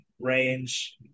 range